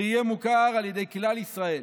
שיהיה מוכר על ידי כלל ישראל.